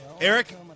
Eric